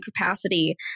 capacity